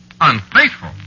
Unfaithful